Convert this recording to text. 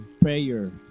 prayer